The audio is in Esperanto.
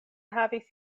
havis